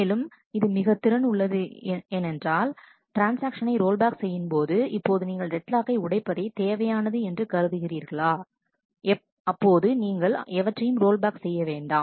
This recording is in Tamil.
மேலும் இது மிக திறன் உள்ளது இப்போது என்றால் ட்ரான்ஸ்ஆக்ஷனை ரோல் பேக் செய்யும்போது இப்போது நீங்கள் டெட் லாக்கை உடைப்பதை தேவையானது என்று கருதுகிறீர்களா அப்போது நீங்கள் எவற்றையும் ரோல் பேக் செய்ய வேண்டாம்